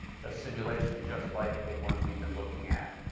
just simulation, just like the ones we've been looking at.